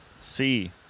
-C